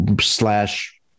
slash